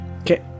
Okay